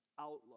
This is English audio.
outlook